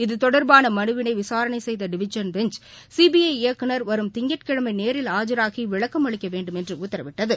இது தொடர்பானமனுவினைவிசாரணைசெய்தடிவிஷன் bench CBI இயக்குநர் வரும் திங்கட்கிழமைநேரில் ஆஜராகிவிளக்கம் அளிக்கவேண்டுமென்றும் உத்தரவிட்டது